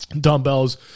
dumbbells